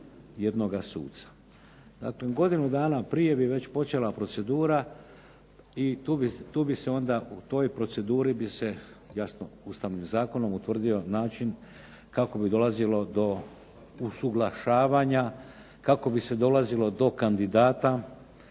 jednoga suca. Dakle godinu dana prije bi već počela procedura i tu bi se onda, u toj proceduri bi se, jasno ustavnim zakonom utvrdio način kako bi dolazilo do usuglašavanja, kako bi se dolazilo do kandidata